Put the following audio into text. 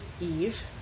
Eve